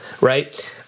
right